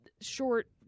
short